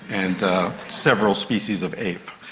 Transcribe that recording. and several species of ape,